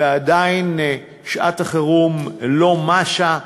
ועדיין שעת החירום לא משה.